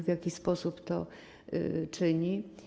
W jaki sposób to czyni?